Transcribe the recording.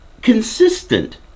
consistent